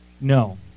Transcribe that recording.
No